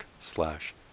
slash